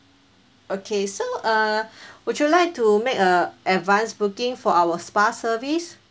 okay so uh would you like to make a advanced booking for our spa service